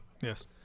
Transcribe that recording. yes